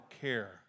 care